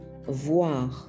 voir